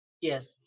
Yes